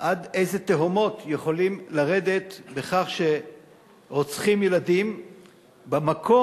עד איזה תהומות יכולים לרדת בכך שרוצחים ילדים במקום